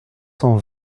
cent